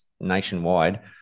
nationwide